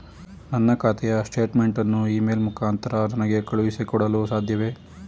ನನ್ನ ಖಾತೆಯ ಸ್ಟೇಟ್ಮೆಂಟ್ ಅನ್ನು ಇ ಮೇಲ್ ಮುಖಾಂತರ ನನಗೆ ಕಳುಹಿಸಿ ಕೊಡಲು ಸಾಧ್ಯವೇ?